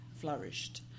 flourished